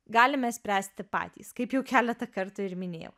galime spręsti patys kaip jau keletą kartų ir minėjau